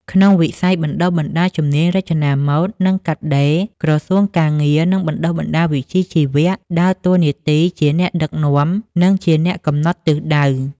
ក្នុងវិស័យបណ្ដុះបណ្ដាលជំនាញរចនាម៉ូដ និងកាត់ដេរ ក្រសួងការងារ និងបណ្ដុះបណ្ដាលវិជ្ជាជីវៈ ដើរតួនាទីជាអ្នកដឹកនាំ និងអ្នកកំណត់ទិសដៅ។